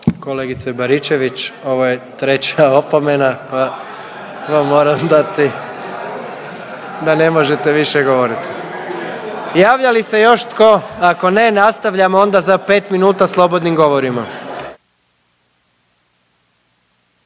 Kolegice Baričević ovo je treća opomena pa vam moram dati da ne možete više govoriti. Javlja li se još tko? Ako ne nastavljamo onda za 5 minuta slobodnim govorima.